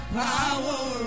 power